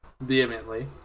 vehemently